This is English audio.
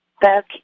back